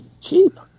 cheap